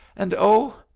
and oh!